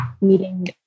meeting